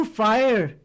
fire